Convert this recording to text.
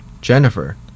Jennifer